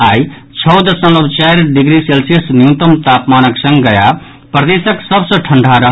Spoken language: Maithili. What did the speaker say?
आइ छओ दशमलव चारि डिग्री सेल्सियस न्यूनतम तपमानक संग गया प्रदेशक सभ सँ ठंढा रहल